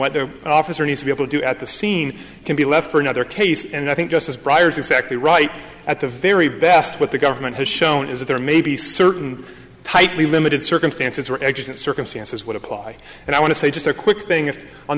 what the officer need to be able to do at the scene can be left for another case and i think justice briar's exactly right at the very best what the government has shown is that there may be certain tightly limited circumstances where extant circumstances would apply and i want to say just a quick thing